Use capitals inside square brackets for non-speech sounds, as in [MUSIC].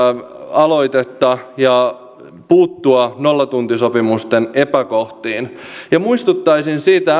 aloitetta ja puuttua nollatuntisopimusten epäkohtiin muistuttaisin siitä [UNINTELLIGIBLE]